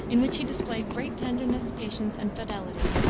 in which he displayed great tenderness, patience and fidelity.